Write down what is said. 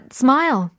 smile